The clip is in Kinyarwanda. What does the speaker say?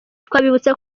twabibutsa